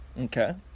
Okay